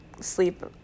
sleep